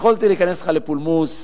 יכולתי להיכנס אתך לפולמוס,